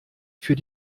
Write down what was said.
für